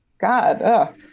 God